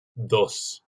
dos